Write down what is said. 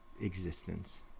existence